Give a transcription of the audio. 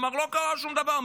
הוא אמר: לא קרה שום דבר.